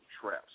traps